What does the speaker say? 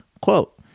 Quote